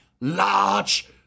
large